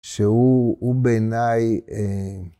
שהוא בעיני